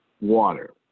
water